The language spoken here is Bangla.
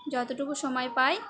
যতটুকু সময় পাই